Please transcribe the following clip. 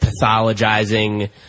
pathologizing